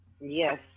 Yes